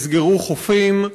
נסגרו חופים,